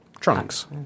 trunks